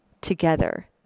together